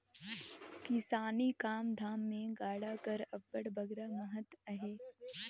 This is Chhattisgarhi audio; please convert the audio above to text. किसानी काम धाम मे गाड़ा कर अब्बड़ बगरा महत अहे